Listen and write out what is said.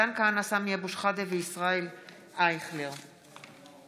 מתן כהנא, סמי אבו שחאדה וישראל אייכלר בנושא: